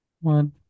One